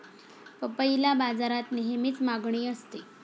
पपईला बाजारात नेहमीच मागणी असते